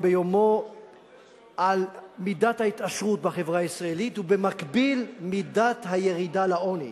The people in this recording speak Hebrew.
ביומו על מידת ההתעשרות בחברה הישראלית ובמקביל על מידת הירידה לעוני,